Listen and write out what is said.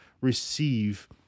receive